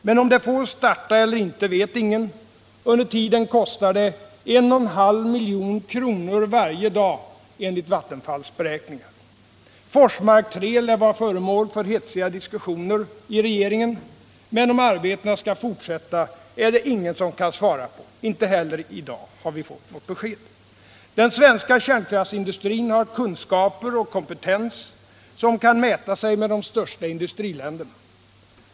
Men om det får starta eller inte vet ingen. Under tiden kostar det 1,5 milj.kr. varje dag enligt Vattenfalls beräkningar. Forsmark 3 lär vara föremål för hetsiga diskussioner i regeringen. Men om arbetena skall fortsätta är det ingen som kan svara på. Inte heller i dag har vi fått besked. Den svenska kärnkraftsindustrin har kunskaper och kompetens som kan mäta sig med de största industriländernas.